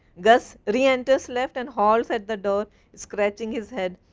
gus re-enters left and halts at the door scratching his head,